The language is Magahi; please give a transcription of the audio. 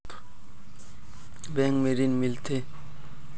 बैंक में ऋण मिलते?